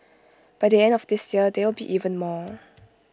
by the end of this year there will be even more